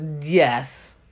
yes